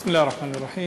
בסם אללה א-רחמאן א-רחים.